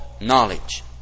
knowledge